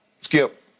Skip